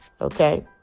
okay